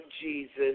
Jesus